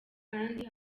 kandi